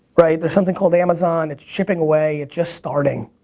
right? there's something called amazon, it's chipping away, it's just starting.